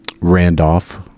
Randolph